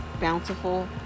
bountiful